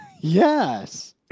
Yes